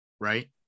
right